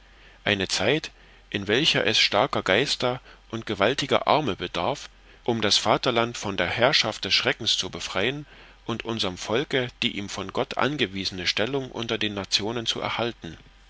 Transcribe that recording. eine zeit in welcher es starker geister und gewaltiger arme bedarf um das vaterland von der herrschaft des schreckens zu befreien und unserm volke die ihm von gott angewiesene stellung unter den nationen zu erhalten